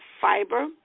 fiber